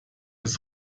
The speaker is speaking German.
ist